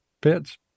pets